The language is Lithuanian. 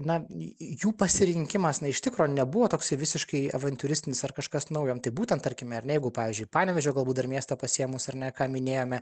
na jų pasirinkimas na iš tikro nebuvo toksai visiškai avantiūristinis ar kažkas naujo tai būtent tarkime jeigu pavyzdžiui panevėžio galbūt dar miestą pasiėmus ar ne ką minėjome